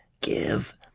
Give